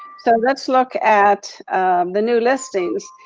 so let's look at the new listings.